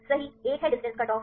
सही एक है डिस्टेंस कटऑफ